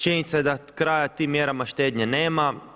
Činjenica je da kraja tim mjerama štednje nema.